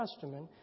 Testament